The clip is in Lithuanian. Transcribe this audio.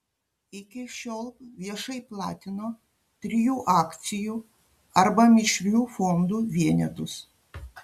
iki šiol viešai platino trijų akcijų arba mišrių fondų vienetus